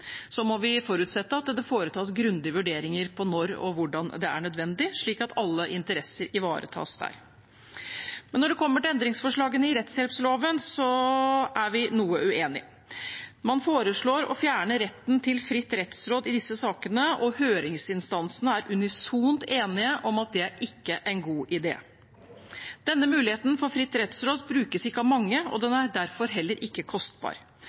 må forutsette at det foretas grundige vurderinger av når og hvordan det er nødvendig, slik at alle interesser ivaretas der. Når det kommer til endringsforslagene for rettshjelpsloven, er vi noe uenig. Man foreslår å fjerne retten til fritt rettsråd i disse sakene, og høringsinstansene er unisont enige om at det ikke er en god idé. Denne muligheten til fritt rettsråd brukes ikke av mange, og den er derfor heller ikke kostbar.